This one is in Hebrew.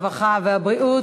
הרווחה והבריאות,